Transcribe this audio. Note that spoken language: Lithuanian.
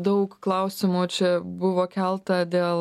daug klausimų čia buvo kelta dėl